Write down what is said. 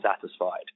satisfied